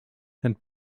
and